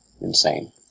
insane